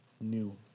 new